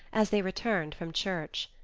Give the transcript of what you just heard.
as they returned from church.